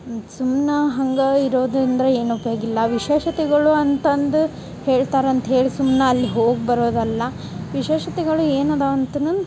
ಸುಮ್ನ ಹಂಗೆ ಇರೋದ್ರಿಂದ್ರ ಏನು ಉಪಯೋಗಿಲ್ಲ ವಿಶೇಷತೆಗಳು ಅಂತಂದು ಹೇಳ್ತಾರಂತ ಹೇಳಿ ಸುಮ್ನ ಅಲ್ಲಿ ಹೋಗಿ ಬರೋದಲ್ಲ ವಿಶೇಷತೆಗಳು ಏನದ ಅಂತನು